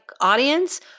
audience